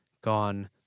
gone